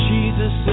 Jesus